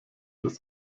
des